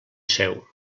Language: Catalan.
seu